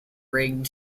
rigged